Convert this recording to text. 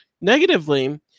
Negatively